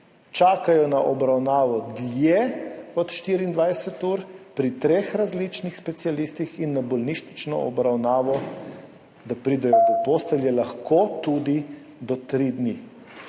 čakajo na obravnavo dlje kot 24 ur pri treh različnih specialistih in na bolnišnično obravnavo, da pridejo do postelje, lahko tudi do tri dni.